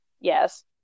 Yes